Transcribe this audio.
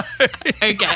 Okay